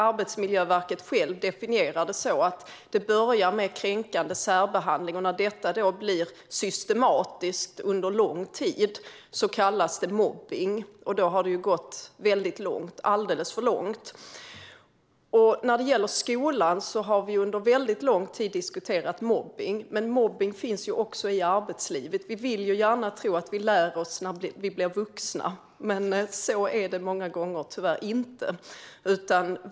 Arbetsmiljöverket definierar det så: Det börjar med kränkande särbehandling, och när detta blir systematiskt under lång tid kallas det mobbning. Då har det gått långt - alldeles för långt. När det gäller skolan har vi diskuterat mobbning under lång tid, men mobbning finns ju även i arbetslivet. Vi vill gärna tro att vi lär oss när vi blir vuxna, men många gånger är det tyvärr inte så.